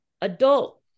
adult